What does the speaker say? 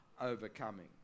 overcoming